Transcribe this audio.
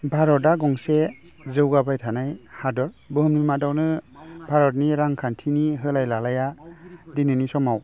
भारतआ गंसे जौगाबाथाय हादर भुहुमनि मादावनो भारतनि रांखान्थिनि होलाय लायलाया दिनैनि समाव